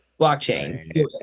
Blockchain